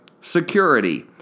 security